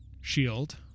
shield